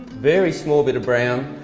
very small bit of brown,